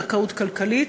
זכאות כלכלית,